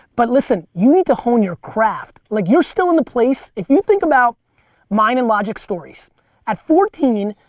but listen, you need to hone your craft. like you're still in the place, if you think about mine and logic's stories at fourteen,